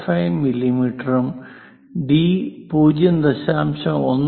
5 മില്ലിമീറ്ററും ഡി 0